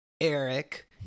Eric